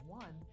one